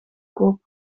koop